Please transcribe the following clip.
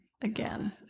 again